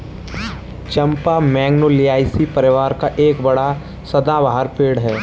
चंपा Magnoliaceae परिवार का एक बड़ा सदाबहार पेड़ है